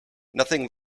nothing